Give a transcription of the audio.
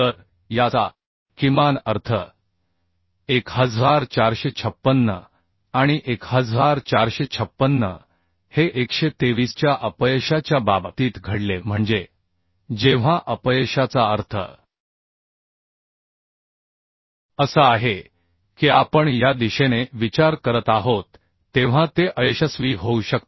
तर याचा किमान अर्थ 1456 आणि 1456 हे 123 च्या अपयशाच्या बाबतीत घडले म्हणजे जेव्हा अपयशाचा अर्थ असा आहे की आपण या दिशेने विचार करत आहोत तेव्हा ते अयशस्वी होऊ शकते